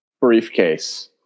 briefcase